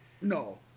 No